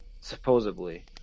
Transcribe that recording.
Supposedly